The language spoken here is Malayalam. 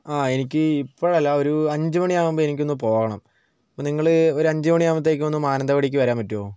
ആഹ് എനിക്ക് ഇപ്പോഴല്ല ഒരു അഞ്ചുമണിയാകുമ്പം എനിക്ക് ഒന്ന് പോകണം അപ്പോൾ നിങ്ങൾ ഒരു അഞ്ചുമണി ആകുമ്പോഴത്തേയ്ക്കും ഒന്ന് മാനന്തവാടിയ്ക്ക് വരാൻ പറ്റുമോ